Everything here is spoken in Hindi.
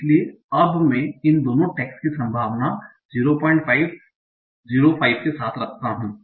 इसलिए अब मैं इस दोनों टैग्स को संभावना 05 05 के साथ रखता हूं